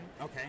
Okay